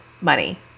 money